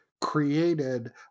created